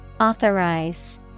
Authorize